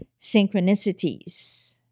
synchronicities